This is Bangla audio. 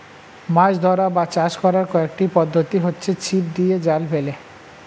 মাছ ধরা বা চাষ করার কয়েকটি পদ্ধতি হচ্ছে ছিপ দিয়ে, জাল ফেলে